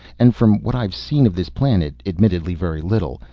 and from what i have seen of this planet, admittedly very little,